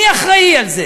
מי אחראי לזה?